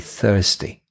thirsty